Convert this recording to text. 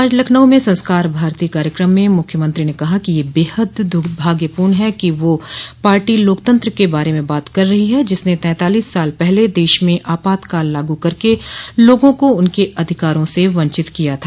आज लखनऊ में संस्कार भारती के कार्यक्रम में मुख्यमंत्री ने कहा कि यह बेहद दुर्भाग्यपूण है कि वो पार्टी लोकतंत्र की बातें कर रही है जिसने तैंतालीस साल पहले देश में आपातकाल लागू करके लोगों को उनके अधिकारों से वंचित किया था